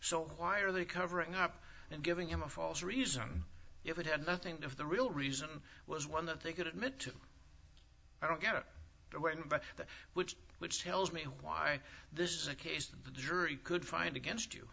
so why are they covering up and giving him a false reason if it had nothing of the real reason was one that they could admit to i don't get it but which which tells me why this is a case that the jury could find against you